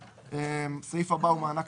בסעיף 2 מופיעים